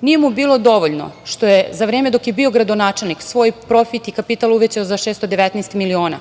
Nije mu bilo dovoljno što je za vreme dok je bio gradonačelnik svoj profit i kapital uvećao za 619 miliona,